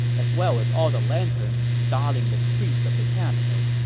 as well as all the lanterns dotting the streets of the capital.